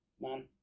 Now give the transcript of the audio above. Man